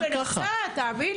אני מנסה, תאמין לי.